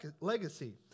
legacy